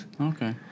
Okay